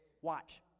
Watch